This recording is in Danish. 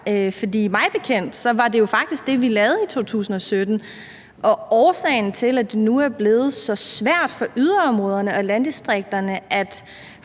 For mig bekendt var det jo faktisk det, vi lavede i 2017, og årsagen til, at det nu er blevet så svært for yderområderne og landdistrikterne at